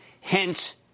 Hence